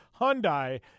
Hyundai